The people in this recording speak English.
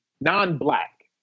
non-black